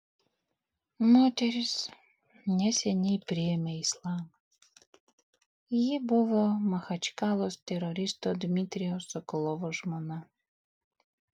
moteris neseniai priėmė islamą ji buvo machačkalos teroristo dmitrijaus sokolovo žmona